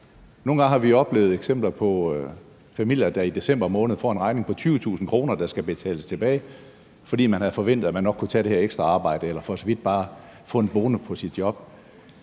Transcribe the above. Nogle gange har vi jo oplevet eksempler på familier, der i december måned får en regning på 20.000 kr., der skal betales tilbage, fordi man havde forventet, at man kunne tage det her ekstra arbejde eller for så vidt bare få en bonus på sit job.